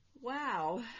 Wow